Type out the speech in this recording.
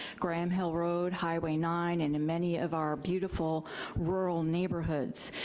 graham hill road, highway nine, and in many of our beautiful rural neighborhoods.